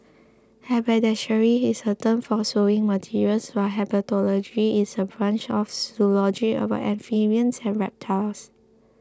haberdashery is a term for sewing materials while herpetology is a branch of zoology about amphibians and reptiles